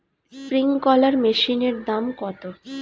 Sprinkler মেশিনের দাম কত?